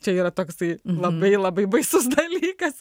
čia yra toks tai labai labai baisus dalykas